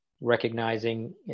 recognizing